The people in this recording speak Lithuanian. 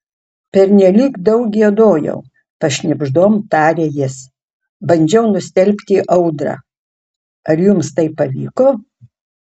pernelyg daug giedojau pašnibždom taria jis bandžiau nustelbti audrą ar jums tai pavyko